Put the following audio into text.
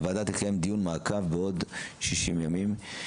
הוועדה תקיים דיון מעקב בעוד 60 ימים.